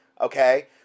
okay